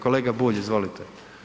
Kolega Bulj, izvolite.